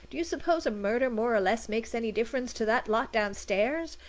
do you suppose a murder more or less makes any difference to that lot downstairs?